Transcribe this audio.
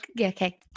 Okay